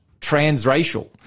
transracial